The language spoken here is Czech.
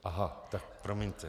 Aha, tak promiňte.